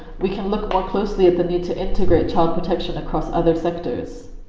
we can look more closely at the need to integrate child protection across other sectors.